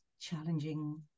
challenging